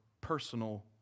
personal